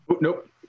Nope